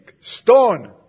stone